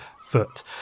foot